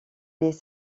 dès